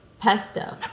pesto